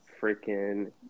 freaking –